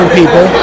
people